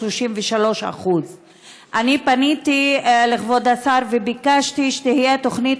33%. אני פניתי לכבוד השר וביקשתי שתהיה תוכנית